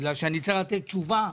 בגלל שאני צריך לתת תשובה,